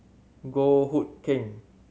Goh Hood Keng